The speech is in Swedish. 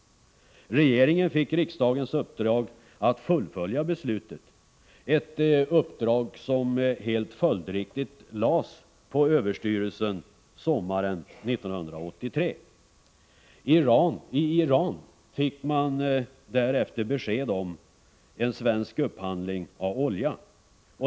Regeringen fick riksdagens uppdrag att fullfölja beslutet, ett uppdrag som helt följdriktigt lades på överstyrelsen sommaren 1983. I Iran fick man därefter besked om en svensk upphandling av olja.